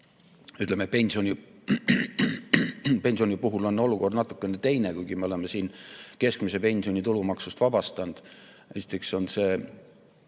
tee. Pensioni puhul on olukord natuke teine, kuigi me oleme siin keskmise pensioni tulumaksust vabastanud. Esiteks on see